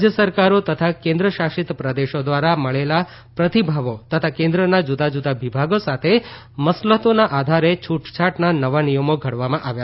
રાજ્ય સરકારો તથા કેન્દ્ર શાસિત પ્રદેશો દ્વારા મળેલા પ્રતિભાવો તથા કેન્દ્રના જુદાં જુદાં વિભાગો સાથેની મસલતોના આધારે છૂટછાટના નવા નિયમો ઘડવામાં આવ્યા છે